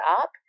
up